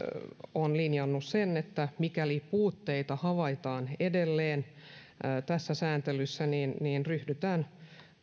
on linjannut sen että mikäli edelleen havaitaan puutteita tässä sääntelyssä niin niin ryhdytään